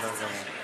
ככה זה צריך להיות.